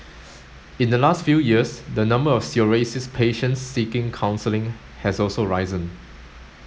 in the last few years the number of psoriasis patients seeking counselling has also risen